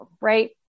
right